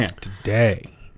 Today